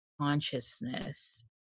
consciousness